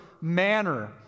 manner